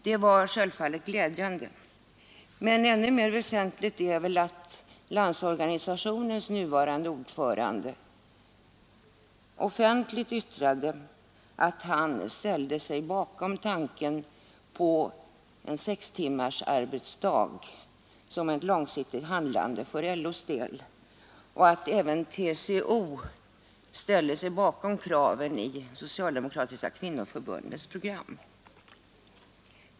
Det var självfallet glädjande, men ännu mer väsentligt är väl att Landsorganisationens nuvarande ordförande offentligt yttrade, att han ställde sig bakom tanken på sex timmars arbetsdag som mål för det lånsiktiga handlandet för LO:s del och att även TCO ställde sig bakom kraven i Socialdemokratiska kvinnoförbundets program.